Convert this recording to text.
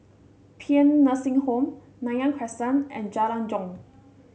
Paean Nursing Home Nanyang Crescent and Jalan Jong